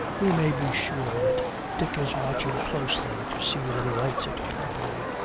we may be sure that dick is watching closely to see that he lights it properly.